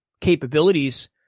capabilities